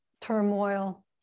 turmoil